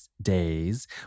days